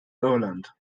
irland